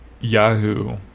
yahoo